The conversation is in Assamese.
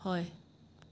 হয়